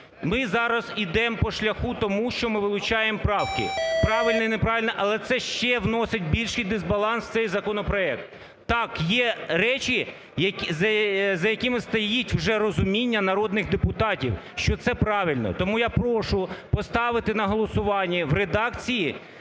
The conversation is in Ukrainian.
Ми зараз ідемо по шляху тому, що ми вилучаємо правки. Правильно – не правильно, але це ще вносить більший дисбаланс в цей законопроект. Так, є речі, за якими стоїть вже розуміння народних депутатів, що це правильно. Тому я прошу поставити на голосування в редакції,